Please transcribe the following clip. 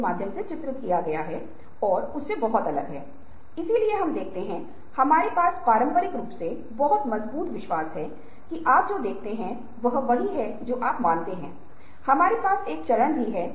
एक समस्या एक मुश्किल स्थिति या एक मुद्दा या एक व्यक्ति या कोई प्रश्न है जिसमें संदेह अनिश्चितता और कठिनाई शामिल है